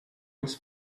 its